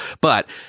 But-